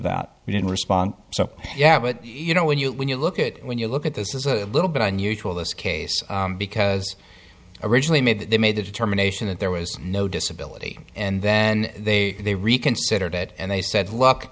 that we didn't respond so yeah but you know when you when you look at it when you look at this is a little bit unusual this case because originally made they made the determination that there was no disability and then they they reconsidered it and they said look